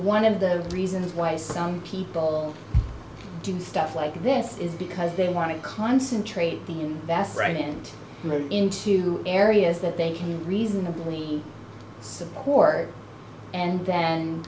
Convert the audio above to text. one of the reasons why some people do stuff like this is because they want to concentrate the that's right and move into areas that they can reasonably support and then